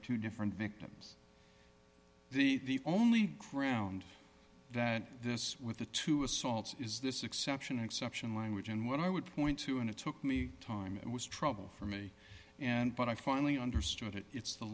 two different victims the only ground that this with the two assaults is this exception exception language and what i would point to and it took me time it was trouble for me and but i finally understood it it's the